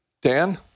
Dan